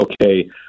okay